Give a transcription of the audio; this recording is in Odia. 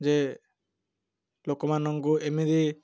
ଯେ ଲୋକମାନଙ୍କୁ ଏମିତି